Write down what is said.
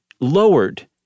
lowered